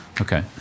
Okay